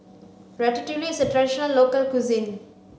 Ratatouille is a traditional local cuisine